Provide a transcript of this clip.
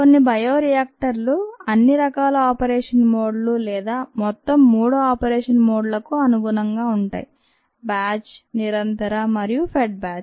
కొన్ని బయో రియాక్టర్లు అన్ని రకాల ఆపరేషన్ మోడ్ లు లేదా మొత్తం మూడు ఆపరేషన్ మోడ్ లకు అనుగుణంగా ఉంటాయి బ్యాచ్ నిరంతర మరియు ఫెడ్ బ్యాచ్